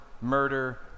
murder